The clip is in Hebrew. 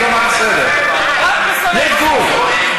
זה לא, אל תעשה פה פריבילגיות.